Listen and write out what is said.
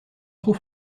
trop